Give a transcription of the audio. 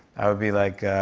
i would be like,